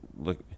look